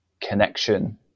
connection